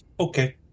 Okay